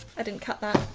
i didn't cut that.